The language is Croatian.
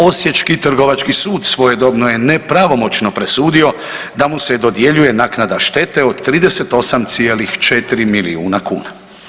Osječki Trgovački sud svojedobno je nepravomoćno presudio da mu se dodjeljuje naknada štete od 38,4 milijuna kuna.